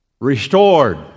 restored